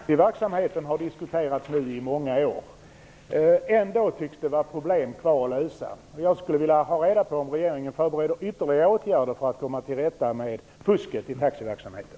Herr talman! Jag har en fråga till kommunikationsministern. Problemen i taxiverksamheten har diskuterats i många år. Ändå tycks det återstå problem att lösa. Jag skulle därför vilja ha reda på om regeringen förbereder ytterligare åtgärder för att komma till rätta med fusket i taxiverksamheten.